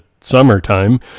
summertime